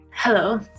Hello